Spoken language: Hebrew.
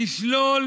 תשלול